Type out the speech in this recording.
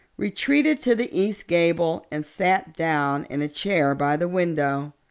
retreated to the east gable, and sat down in a chair by the window.